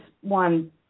one